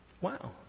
wow